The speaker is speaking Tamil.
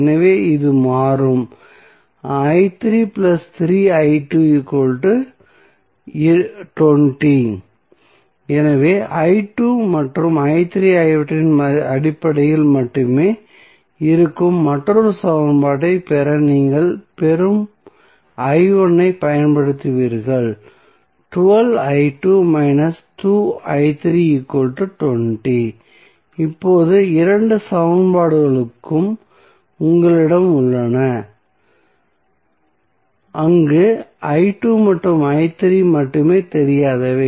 எனவே இது மாறும் எனவே மற்றும் ஆகியவற்றின் அடிப்படையில் மட்டுமே இருக்கும் மற்றொரு சமன்பாட்டைப் பெற நீங்கள் பெறும் ஐப் பயன்படுத்துவீர்கள் இப்போது இந்த இரண்டு சமன்பாடுகளும் உங்களிடம் உள்ளன அங்கு மற்றும் மட்டுமே தெரியாதவை